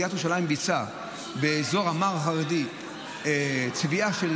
עיריית ירושלים ביצעה באזור המע"ר החרדי צביעה של